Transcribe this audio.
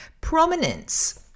Prominence